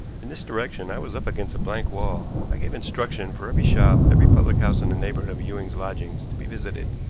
in this direction i was up against a blank wall. i gave instruction for every shop, every public-house in the neighborhood of ewing's lodgings, to be visited,